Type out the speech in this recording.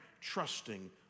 trusting